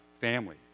family